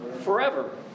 Forever